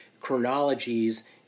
chronologies